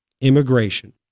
Immigration